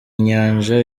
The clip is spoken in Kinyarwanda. inyanja